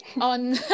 on